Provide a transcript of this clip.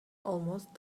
almost